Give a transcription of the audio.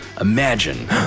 imagine